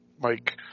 Mike